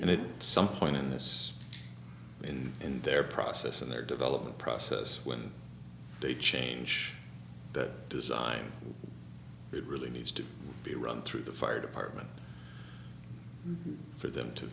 know some point in this in in their process in their development process when they change that design it really needs to be run through the fire department for them to